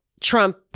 Trump